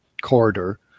corridor